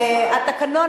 התקנון